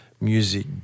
Music